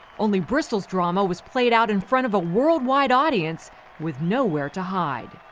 only bristol's drama was played out in front of a world-wide audience with nowhere to hide.